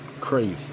crazy